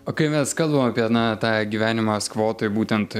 o kai mes kalbam apie na tą gyvenimą skvotai būtent